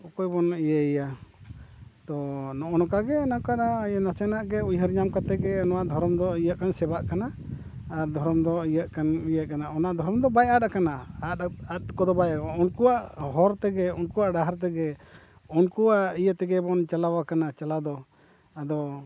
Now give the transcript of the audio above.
ᱚᱠᱚᱭᱵᱚᱱ ᱤᱭᱟᱹᱭᱟ ᱛᱚ ᱱᱚᱜᱼᱚ ᱱᱚᱝᱠᱟᱜᱮ ᱱᱟᱥᱮᱱᱟᱜ ᱜᱮ ᱩᱭᱦᱟᱹᱨ ᱧᱟᱢ ᱠᱟᱛᱮᱜᱮ ᱱᱚᱣᱟ ᱫᱷᱚᱨᱚᱢ ᱫᱚ ᱤᱭᱟᱹ ᱠᱟᱱ ᱥᱮᱵᱟᱜ ᱠᱟᱱᱟ ᱟᱨ ᱫᱷᱚᱨᱚᱢ ᱫᱚ ᱤᱭᱟᱹᱜ ᱠᱟᱱ ᱤᱭᱟᱹ ᱠᱟᱱᱟ ᱚᱱᱟ ᱫᱷᱚᱨᱚᱢ ᱫᱚ ᱵᱟᱭ ᱟᱫ ᱟᱠᱟᱱᱟ ᱟᱫ ᱟᱫ ᱠᱚᱫᱚ ᱵᱟᱭ ᱩᱱᱠᱩᱣᱟᱜ ᱦᱚᱨ ᱛᱮᱜᱮ ᱩᱱᱠᱩᱣᱟᱜ ᱰᱟᱦᱟᱨ ᱛᱮᱜᱮ ᱩᱱᱠᱩᱣᱟᱜ ᱤᱭᱟᱹ ᱛᱮᱜᱮ ᱵᱚᱱ ᱪᱟᱞᱟᱣ ᱟᱠᱟᱱᱟ ᱪᱟᱞᱟᱣ ᱫᱚ ᱟᱫᱚ